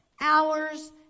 hours